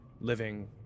living